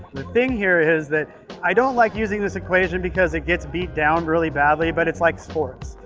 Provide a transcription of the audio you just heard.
the thing here is that i don't like using this equation because it gets beat down really badly, but it's like sports.